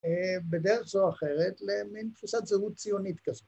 ‫בדרך או אחרת, ‫למין תפוסת זהות ציונית כזאת.